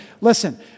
Listen